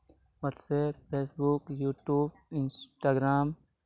WhatsApp Facebook YouTube Instagram